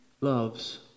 loves